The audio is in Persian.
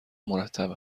مرتب